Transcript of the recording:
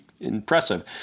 impressive